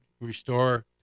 restore